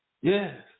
yes